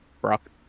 Brock